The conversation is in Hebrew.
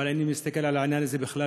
אבל אני מסתכל על העניין הזה בכלל